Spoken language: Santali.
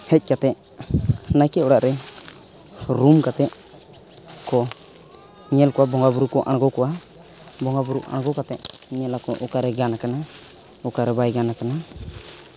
ᱦᱮᱡ ᱠᱟᱛᱮᱫ ᱱᱟᱭᱠᱮ ᱚᱲᱟᱜᱨᱮ ᱨᱩᱢ ᱠᱟᱛᱮᱫᱠᱚ ᱧᱮᱞ ᱠᱚᱣᱟ ᱵᱚᱸᱜᱟᱼᱵᱩᱨᱩᱠᱚ ᱟᱬᱜᱚ ᱠᱚᱣᱟ ᱵᱚᱸᱜᱟᱼᱵᱩᱨᱩ ᱟᱬᱜᱚ ᱠᱟᱛᱮᱫ ᱧᱮᱞ ᱟᱠᱚ ᱚᱠᱟᱨᱮ ᱜᱟᱱ ᱠᱟᱟᱱᱟ ᱚᱠᱟᱨᱮ ᱵᱟᱭ ᱜᱟᱱ ᱟᱠᱟᱱᱟ